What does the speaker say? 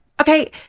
Okay